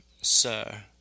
sir